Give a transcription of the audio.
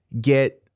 get